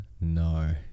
no